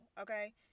Okay